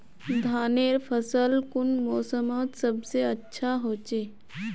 धानेर फसल कुन मोसमोत सबसे अच्छा होचे?